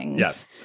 Yes